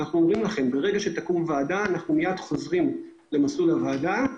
אבל ברגע שתקום ועדה אנחנו מייד נחזור למסלול של הוועדה.